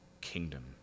kingdom